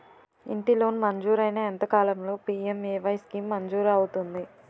ఇంటి లోన్ మంజూరైన ఎంత కాలంలో పి.ఎం.ఎ.వై స్కీమ్ మంజూరు అవుతుంది?